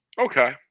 Okay